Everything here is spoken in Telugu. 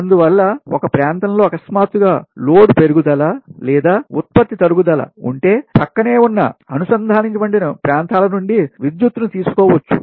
అందువల్ల ఒక ప్రాంతంలో అకస్మాత్తుగా లోడ్ పెరుగుదల లేదా ఉత్పత్తి తరుగుదల నష్టం ఉంటే ప్రక్కనే ఉన్న ఒకదానితో ఒకటి అనుసంధానించబడిన ప్రాంతాల నుండి విద్యుత్తును తీసుకోవచ్చు